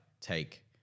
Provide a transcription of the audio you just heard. take